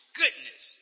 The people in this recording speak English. goodness